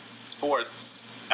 sports